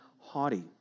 haughty